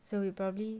so you probably